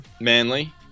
Manly